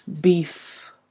beef